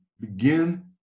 begin